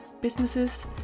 businesses